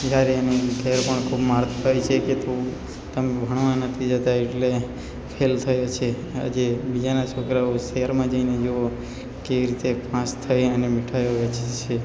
જયારે એના ઘરે પણ ખૂબ મારતા હોય છે કે તું તમે ભણવા નથી જતા એટલે ફેલ થાય છે આજે બીજાના છોકરાઓ શહેરમાં જઈને જુઓ કઈ રીતે પાસ થઈ અને મીઠાઈઓ વેચે છે